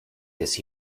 this